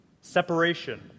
separation